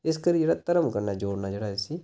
इस करियै जेह्ड़ा धर्म कन्नै जोड़ना जेह्ड़ा इसी